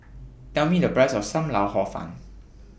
Tell Me The Price of SAM Lau Hor Fun